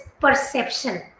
perception